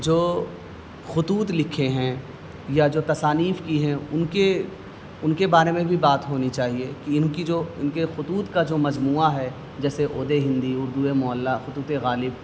جو خطوط لکھے ہیں یا جو تصانیف کی ہیں ان کے ان کے بارے میں بھی بات ہونی چاہیے کہ ان کی جو ان کے خطوط کا جو مجموعہ ہے جیسے عود ہندی اردو معلی خطوط غالب